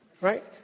right